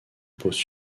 posent